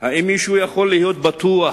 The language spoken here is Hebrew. האם מישהו יכול להיות בטוח